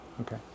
okay